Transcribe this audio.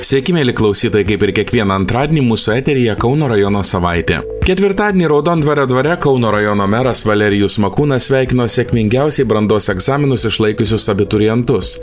sveiki mieli klausytojai kaip ir kiekvieną antradienį mūsų eteryje kauno rajono savaitė ketvirtadienį raudondvario dvare kauno rajono meras valerijus makūnas sveikino sėkmingiausiai brandos egzaminus išlaikiusius abiturientus